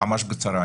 ממש בקצרה.